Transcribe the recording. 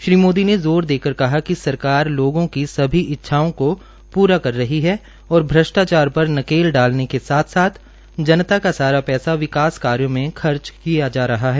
श्री मोदी ने जोर देकर कहा कि सरकार लोगों की सभी इच्छाओं को पूरा कर रही है और भ्रष्टाचार पर नकेल डालने के साथ साथ जनता का सारा पैसा विकास कार्यो में खर्च किया जा रहा है